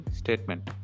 statement